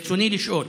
ברצוני לשאול: